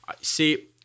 See